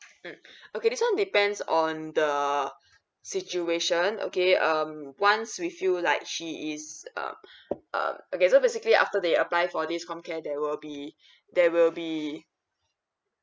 mm okay so depends on the situation okay um once we feel like she is uh uh okay so basically after they apply for this com care they will be there will be